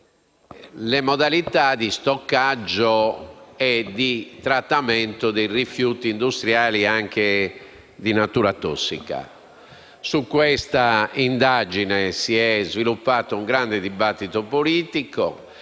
alle modalità di stoccaggio e trattamento dei rifiuti industriali anche di natura tossica. Su questa indagine si è sviluppato un grande dibattito politico